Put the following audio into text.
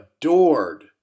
adored